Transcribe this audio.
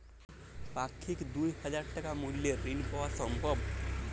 পাক্ষিক দুই হাজার টাকা মূল্যের ঋণ পাওয়া সম্ভব?